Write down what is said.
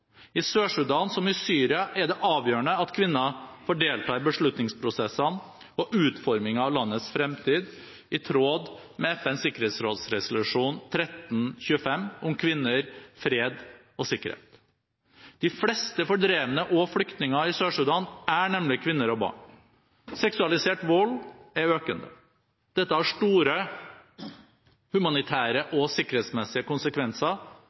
I Sør-Sudan, som i Syria, er det avgjørende at kvinner får delta i beslutningsprosessene og utformingen av landets fremtid i tråd med FNs sikkerhetsråds resolusjon 1325 om kvinner, fred og sikkerhet. De fleste fordrevne og flyktninger i Sør-Sudan er nemlig kvinner og barn. Seksualisert vold er økende. Dette har store humanitære og sikkerhetsmessige konsekvenser